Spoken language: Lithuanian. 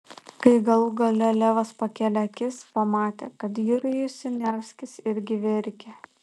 kai galų gale levas pakėlė akis pamatė kad jurijus siniavskis irgi verkia